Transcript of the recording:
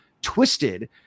twisted